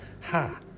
Ha